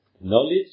Knowledge